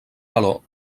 valor